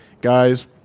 guys